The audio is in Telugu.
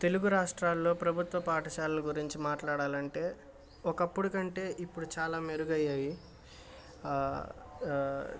తెలుగు రాష్ట్రాల్లో ప్రభుత్వ పాఠశాలల గురించి మాట్లాడాలంటే ఒకప్పుడు కంటే ఇప్పుడు చాలా మెరుగయ్యాయి